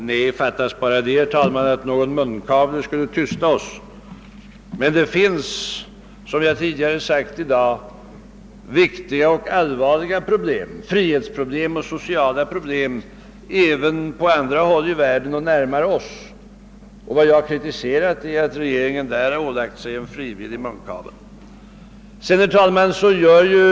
Herr talman! Fattas bara att någon munkavle skulle tysta oss! Men det finns, som jag sagt tidigare i dag, viktiga och allvarliga problem — frihetsproblem och sociala problem — även på andra håll i världen och närmare oss än i Vietnam. Vad jag kritiserat är, att regeringen beträffande dessa andra länder frivilligt satt på sig en munkavle. Herr talman!